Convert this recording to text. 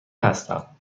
هستم